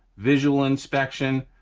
visual inspection,